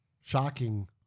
shocking